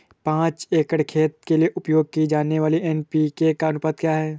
पाँच एकड़ खेत के लिए उपयोग की जाने वाली एन.पी.के का अनुपात क्या है?